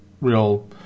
real